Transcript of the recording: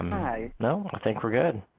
hi. no i think we're good.